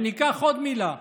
וניקח עוד מילה,